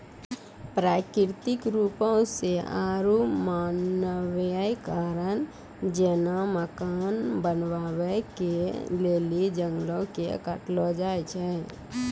प्राकृतिक रुपो से आरु मानवीय कारण जेना मकान बनाबै के लेली जंगलो के काटलो जाय छै